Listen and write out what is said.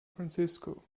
francisco